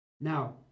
now